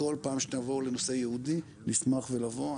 וכל פעם שנבוא לנושא ייעודי נשמח לבוא.